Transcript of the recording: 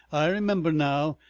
i remember now.